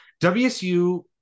WSU